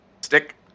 stick